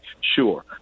sure